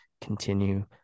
continue